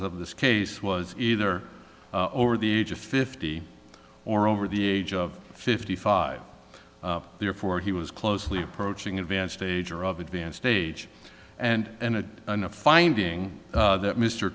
of this case was either over the age of fifty or over the age of fifty five therefore he was closely approaching advanced age or of advanced age and it in a finding that mr